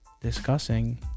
discussing